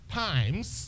times